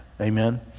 Amen